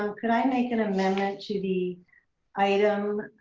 um could i make an amendment to the item